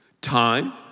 Time